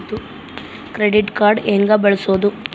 Credit card ಹೆಂಗ ಬಳಸೋದು?